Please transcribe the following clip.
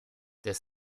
des